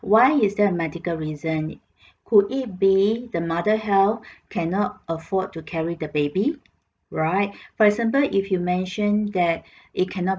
why is there a medical reason could it be the mother health cannot afford to carry the baby right for example if you mention that it cannot